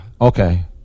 Okay